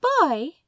boy